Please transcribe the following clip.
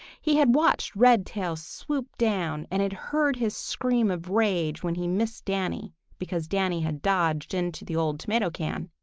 he had watched redtail swoop down and had heard his scream of rage when he missed danny because danny had dodged into the old tomato can.